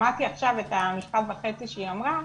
שמעתי עכשיו את המשפט וחצי שהיא אמרה,